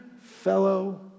fellow